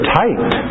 tight